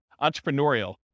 entrepreneurial